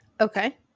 Okay